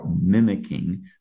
mimicking